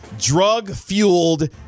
drug-fueled